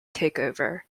takeover